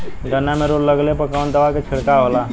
गन्ना में रोग लगले पर कवन दवा के छिड़काव होला?